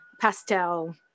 pastel